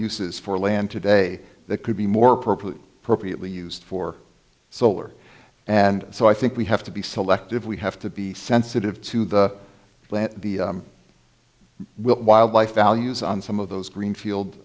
uses for land today that could be more appropriate appropriately used for solar and so i think we have to be selective we have to be sensitive to the plant will wildlife values on some of those greenfield